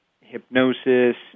hypnosis